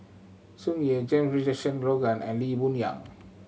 Tsung Yeh James Richardson Logan and Lee Boon Yang